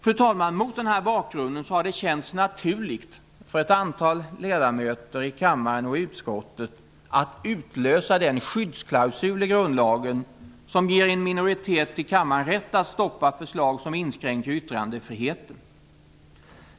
Fru talman! Mot den här bakgrunden har det känts naturligt för ett antal ledamöter i kammaren och i utskottet att utlösa den skyddsklausul i grundlagen som ger en minoritet i kammaren rätt att stoppa förslag som inskränker yttrandefriheten.